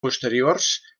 posteriors